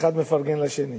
אחד מפרגן לשני.